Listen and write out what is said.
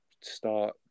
start